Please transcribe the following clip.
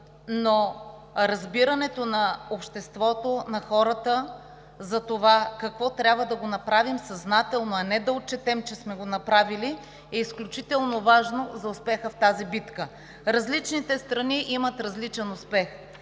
но разбирането на обществото, на хората за това какво трябва да направим съзнателно, а не да отчетем, че сме го направили, е изключително важно за успеха в тази битка. Различните страни имат различен успех.